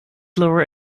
lower